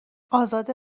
ازاده